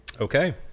Okay